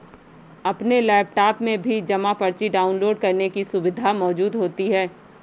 अपने लैपटाप में भी जमा पर्ची डाउनलोड करने की सुविधा मौजूद होती है